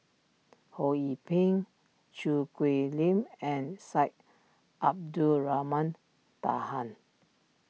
Ho Yee Ping Choo Hwee Lim and Syed Abdulrahman Taha